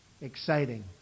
Exciting